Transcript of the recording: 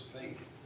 faith